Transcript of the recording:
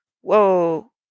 whoa